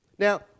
Now